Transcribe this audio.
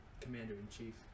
commander-in-chief